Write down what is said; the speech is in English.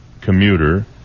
commuter